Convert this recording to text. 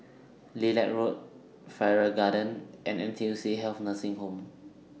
Lilac Road Farrer Garden and N T U C Health Nursing Home